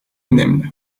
önemli